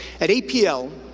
at apl,